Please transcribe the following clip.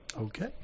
Okay